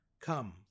Come